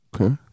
Okay